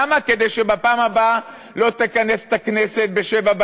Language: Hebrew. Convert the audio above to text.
כדי שבפעם הבאה לא תכנס את הכנסת ב-19:00,